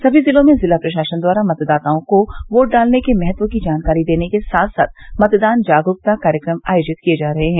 सभी जिलों में जिला प्रशासन द्वारा मतदाताओं को वोट डालने के महत्व की जानकारी देने के साथ साथ मतदान जागरूकता कार्यक्रम आयोजित किये जा रहे हैं